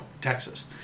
Texas